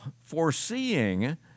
foreseeing